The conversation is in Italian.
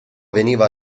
veniva